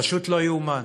פשוט לא יאומן.